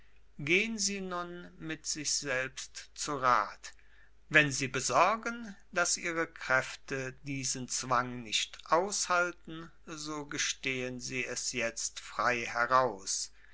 gehen sie nun mit sich selbst zu rat wenn sie besorgen daß ihre kräfte diesen zwang nicht aushalten so gestehen sie es jetzt frei heraus